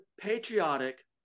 patriotic